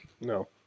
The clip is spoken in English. No